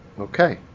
okay